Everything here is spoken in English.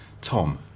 Tom